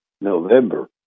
November